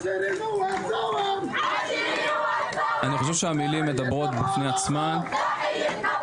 אני חושב שהמילים מדברות בעד עצמן: "תתלו